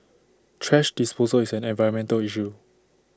thrash disposal is an environmental issue